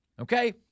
okay